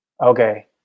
okay